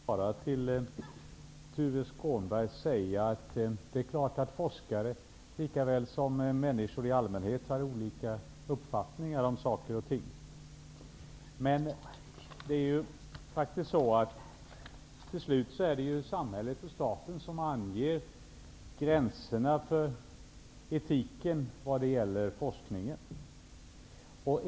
Herr talman! Det är klart att forskare, lika väl som människor i allmänhet, har olika uppfattningar om saker och ting. Men till syvende och sist är det ju samhället och staten som anger gränserna för etiken vad gäller forskningen.